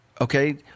Okay